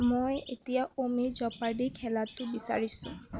মই এতিয়া অমি জোপাৰ্ডি খেলাতো বিচাৰিছোঁ